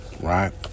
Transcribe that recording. right